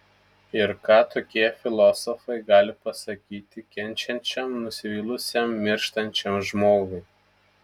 ir ką tokie filosofai gali pasakyti kenčiančiam nusivylusiam mirštančiam žmogui